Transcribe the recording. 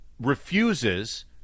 refuses